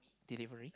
delivery